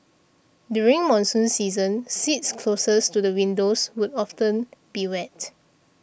during monsoon season seats closest to the windows would often be wet